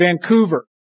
Vancouver